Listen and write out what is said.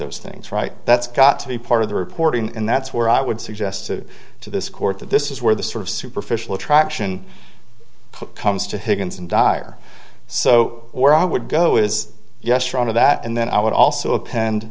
those things right that's got to be part of the reporting and that's where i would suggest to to this court that this is where the sort of superficial attraction comes to higgins and dire so where i would go is yes for all of that and then i would also append